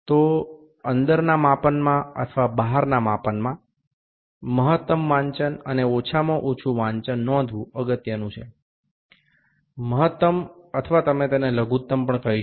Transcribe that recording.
તો અંદરના માપનમાં અથવા બહારના માપનમાં મહત્તમ વાંચન અને ઓછામાં ઓછું વાંચન નોંધવું અગત્યનું છે મહત્તમ અથવા તમે તેને લઘુત્તમ પણ કહી શકો